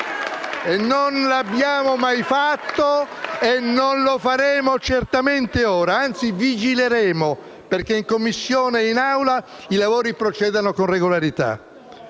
E non l'abbiamo mai fatto e non lo faremo certamente ora. Anzi, vigileremo perché in Commissione e in Aula i lavori procedano con regolarità.